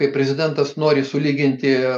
kai prezidentas nori sulyginti